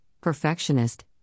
perfectionist